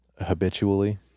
habitually